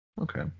Okay